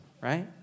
right